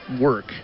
work